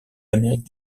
d’amérique